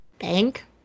bank